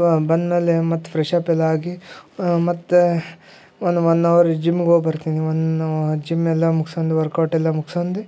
ಬ ಬಂದ್ಮೇಲೆ ಮತ್ತೆ ಫ್ರೆಶಪ್ ಎಲ್ಲ ಆಗಿ ಮತ್ತೆ ಒನ್ ಒನ್ ಅವರ್ ಜಿಮ್ಮಿಗೆ ಹೋಗಿ ಬರ್ತೀನಿ ಒಂದು ಜಿಮ್ಮೆಲ್ಲಾ ಮುಗ್ಸ್ಕೊಂಡು ವರ್ಕೌಟೆಲ್ಲಾ ಮುಗ್ಸ್ಕೊಂಡು